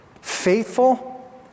Faithful